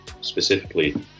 specifically